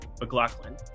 McLaughlin